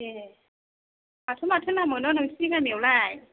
ए माथो माथो ना मोनो नोंसोरनि गामिआवलाय